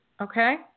Okay